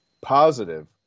positive